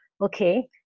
okay